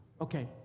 Okay